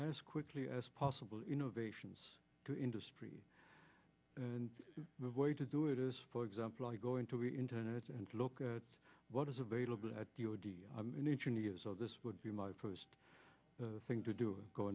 as quickly as possible innovations to industry and move way to do it is for example i go into the internet and look at what is available at an engineer so this would be my first thing to do